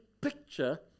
picture